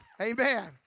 Amen